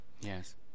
yes